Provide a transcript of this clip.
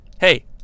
Hey